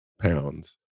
pounds